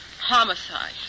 Homicide